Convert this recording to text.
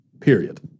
Period